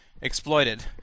exploited